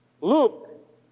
Luke